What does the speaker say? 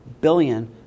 billion